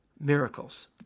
miracles